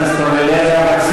חברת הכנסת אורלי לוי אבקסיס.